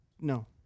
No